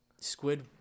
Squid